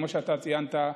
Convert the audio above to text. כמו שאתה ציינת,